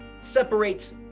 separates